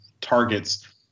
targets